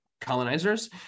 colonizers